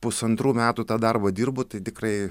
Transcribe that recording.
pusantrų metų tą darbą dirbu tai tikrai